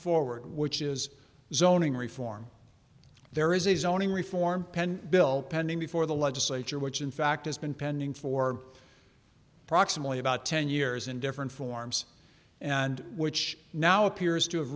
forward which is zoning reform there is a zoning reform bill pending before the legislature which in fact has been pending for approximately about ten years in different forms and which now appears to have